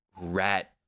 rat